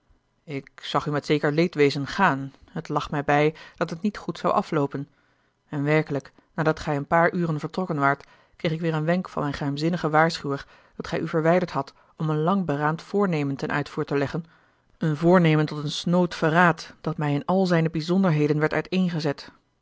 ik zag u met zeker leedwezen gaan het lag mij bij dat het niet goed zou afloopen en werkelijk nadat gij een paar uren vertrokken waart kreeg ik weêr een wenk van mijn geheimzinnigen waarschuwer dat gij u verwijderd hadt om een lang beraamd voornemen ten uitvoer te leggen een voornemen tot een snood verraad dat mij in al zijne bijzonderheden werd